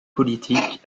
politiques